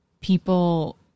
people